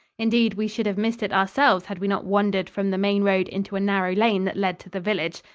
indeed, we should have missed it ourselves had we not wandered from the main road into a narrow lane that led to the village.